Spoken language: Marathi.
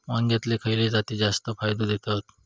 वांग्यातले खयले जाती जास्त फायदो देतत?